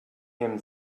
him